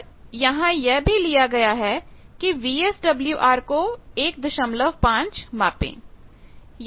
पर यहां यह भी लिया गया है कि VSWR को 15 मापें